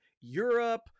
Europe